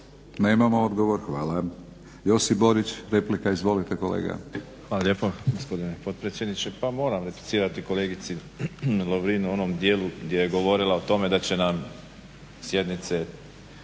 Nemamo odgovor. Hvala. Josip Borić, replika. Izvolite kolega. **Borić, Josip (HDZ)** Hvala lijepo gospodine potpredsjedniče. Pa moram replicirati kolegici Lovrin u onom dijelu gdje je govorila o tome da će nam sjednice